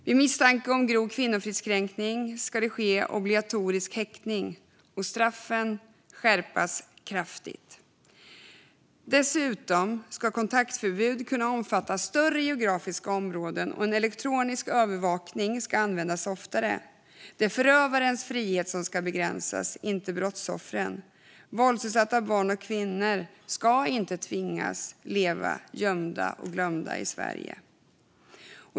Vid misstanke om grov kvinnofridskränkning ska det ske obligatorisk häktning, och straffen ska skärpas kraftigt. Dessutom ska kontaktförbud kunna omfatta större geografiska områden. Och elektronisk övervakning ska användas oftare. Det är förövarens frihet som ska begränsas, inte brottsoffrens. Våldsutsatta barn och kvinnor ska inte tvingas leva gömda och glömda i Sverige.